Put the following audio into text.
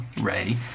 Ray